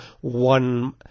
one